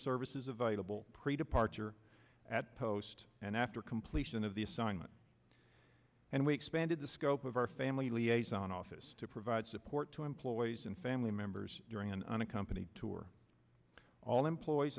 services available pre departure at post and after completion of the assignment and we expanded the scope of our family liaison office to provide support to employees and family members during an unaccompanied tour all employees